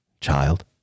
child